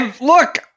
Look